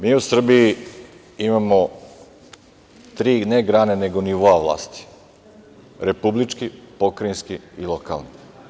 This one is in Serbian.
Mi u Srbiji imamo tri ne grane nego nivoa vlasti - republički, pokrajinski i lokalni.